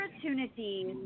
opportunities